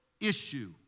issue